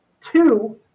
Two